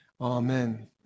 Amen